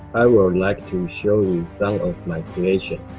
i would like to show you some of my creations.